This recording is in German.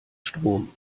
strom